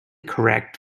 correct